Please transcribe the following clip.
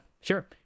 Sure